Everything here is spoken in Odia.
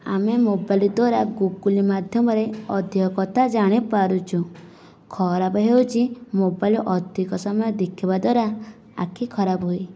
ଆମେ ମୋବାଇଲ ଦ୍ଵାରା ଗୁଗୁଲ୍ ମାଧ୍ୟମରେ ଅଧିକ କଥା ଜାଣିପାରୁଛି ଖରାପ ହେଉଛି ମୋବାଇଲ ଅଧିକ ସମୟ ଦେଖିବାଦ୍ଵାରା ଆଖି ଖରାପ ହୁଏ